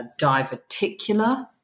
diverticular